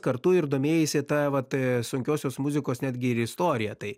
kartu ir domėjaisi ta vat sunkiosios muzikos netgi ir istorija tai